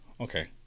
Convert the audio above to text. Okay